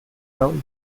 town